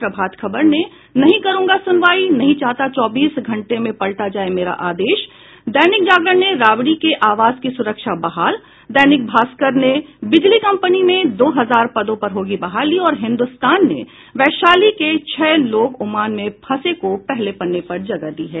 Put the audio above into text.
प्रभात खबर ने नहीं करूंगा सुनवाई नहीं चाहता चौबीस घंटे में पलटा जाये मेरा आदेश दैनिक जागरण ने राबड़ी के आवास की सुरक्षा बहाल दैनिक भास्कर ने बिजली कंपनी में दो हजार पदों पर होगी बहाली और हिन्दुस्तान ने वैशाली के छह लोग ओमान में फंसे को पहले पन्ने पर जगह दी है